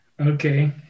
Okay